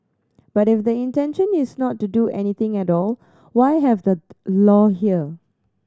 but if the intention is not to do anything at all why have the law there